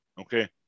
Okay